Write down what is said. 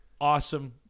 awesome